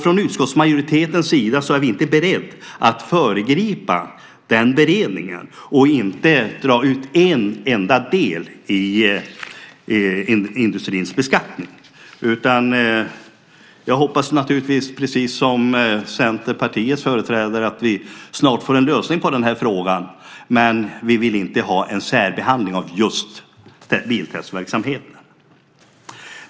Från utskottsmajoritetens sida är vi inte beredda att föregripa den beredningen och vill inte dra ut en enda del i industrins beskattning. Jag hoppas naturligtvis, precis som Centerpartiets företrädare, att vi snart får en lösning på den här frågan, men vi vill inte ha en särbehandling av just biltestverksamheten.